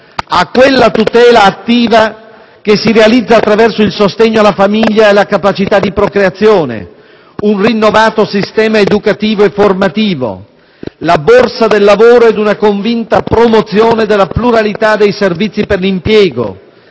a quella tutela attiva che si realizza attraverso il sostegno alla famiglia e alla capacità di procreazione, un rinnovato sistema educativo e formativo, la borsa del lavoro ed una convinta promozione della pluralità dei servizi per l'impiego,